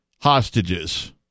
hostages